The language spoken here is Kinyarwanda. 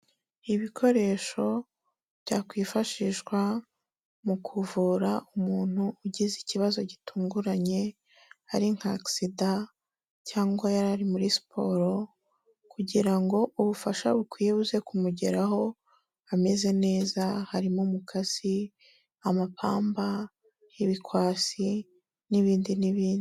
Ibikoresho byakwifashishwa mu kuvura umuntu ugize ikibazo gitunguranye, ari nka akisida cyangwa yari ari muri siporo, kugira ngo ubufasha bukwiye buze kumugeraho ameze neza, harimo umukasi, amapamba, ibikwasi n'ibindi n'ibindi.